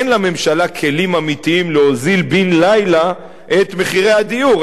אין לממשלה כלים אמיתיים להוזיל בן-לילה את מחיר הדיור,